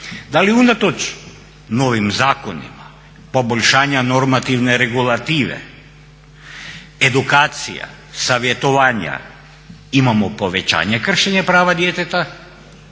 Da li unatoč novim zakonima, poboljšanja normativne regulative, edukacija, savjetovanja imamo povećanje kršenja prava djeteta